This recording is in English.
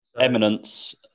Eminence